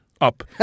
up